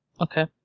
Okay